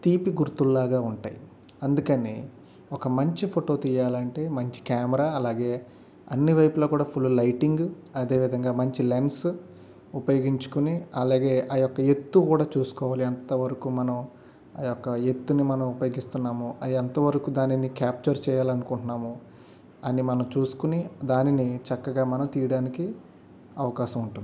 తీపి గుర్తుల్లాగా ఉంటాయి అందుకని ఒక మంచి ఫోటో తీయాలి అంటే మంచి కెమెరా అలాగే అన్ని వైపులా కూడా ఫుల్ లైటింగ్ అదే విధంగా మంచి లెన్స్ ఉపయోగించుకోని అలాగే ఆ యొక్క ఎత్తు కూడా చూసుకోవాలి ఎంతవరకు మనం ఆ యొక్క ఎత్తును మనం ఉపయోగిస్తున్నామో ఎంతవరకు దానిని క్యాప్చర్ చేయాలి అనుకుంటున్నామో అన్ని మనం చూసుకోని దానిని చక్కగా మనం తీయడానికి అవకాశం ఉంటుంది